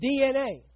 DNA